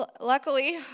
Luckily